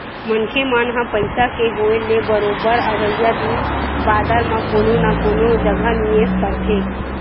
मनखे मन ह पइसा के होय ले बरोबर अवइया दिन बादर बर कोनो न कोनो जघा निवेस करथे